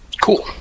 Cool